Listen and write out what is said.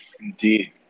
Indeed